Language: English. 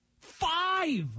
Five